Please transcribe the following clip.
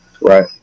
Right